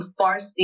Farsi